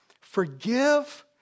forgive